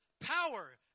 power